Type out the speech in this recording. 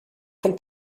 von